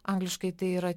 angliškai tai yra